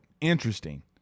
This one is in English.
Interesting